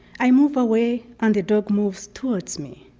i move away and the dog moves towards me.